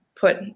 put